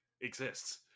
exists